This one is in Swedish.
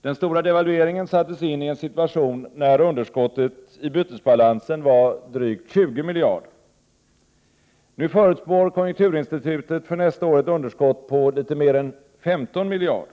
Den stora devalveringen sattes in i en situation när underskottet i bytesbalansen var drygt 20 miljarder. Nu förutspår konjunkturinstitutet för nästa år ett underskott på litet mer än 15 miljarder.